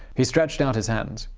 he stretched out his hand.